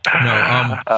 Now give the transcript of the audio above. No